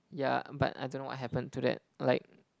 yeah but I don't know what happened to that like